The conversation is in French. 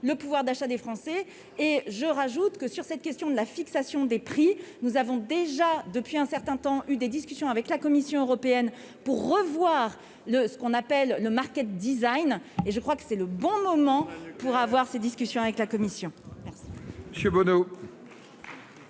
le pouvoir d'achat des Français et je rajoute que sur cette question de la fixation des prix, nous avons déjà depuis un certain temps eu des discussions avec la Commission européenne pour revoir le ce qu'on appelle le Market designs et je crois que c'est le bon moment pour avoir ces discussions avec la Commission. Monsieur